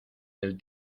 del